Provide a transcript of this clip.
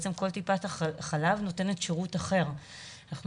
כל טיפת חלב נותנת שירות אחר ואנחנו